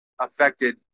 affected